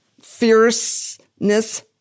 Fierceness